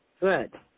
Good